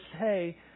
say